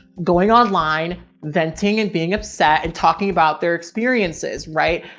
going online venting and being upset and talking about their experiences. right.